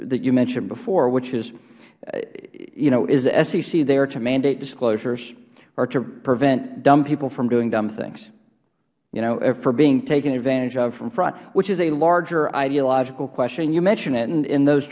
that you mentioned before which ish you know is the sec there to mandate disclosures or to prevent dumb people from doing dumb things you know for being taken advantage of from fraud which is a larger ideological question and you mentioned it in those